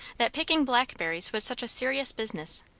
that picking blackberries was such a serious business.